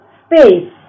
space